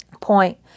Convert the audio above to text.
point